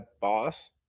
boss